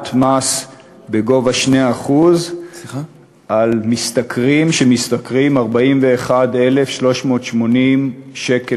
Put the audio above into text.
מס בגובה 2% על משתכרים שמשתכרים 41,380 שקל